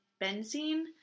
benzene